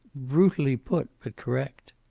brutally put, but correct.